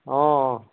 অঁ